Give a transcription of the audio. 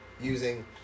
using